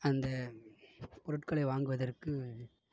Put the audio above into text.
அந்தப் பொருட்களை வாங்குவதற்கு